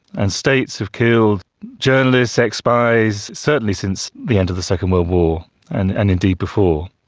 and states have killed journalists, ex-spies, certainly since the end of the second world war and and indeed before.